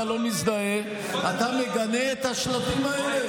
אם אתה לא מזדהה, אתה מגנה את השלטים האלה?